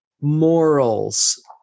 morals